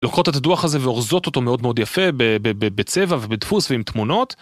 לוקחות את הדוח הזה ואורזות אותו מאוד מאוד יפה, ב-ב-ב-בצבע, ובדפוס, ועם תמונות,